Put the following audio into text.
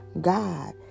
God